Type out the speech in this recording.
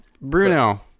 bruno